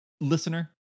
listener